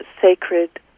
sacred